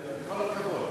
עם כל הכבוד,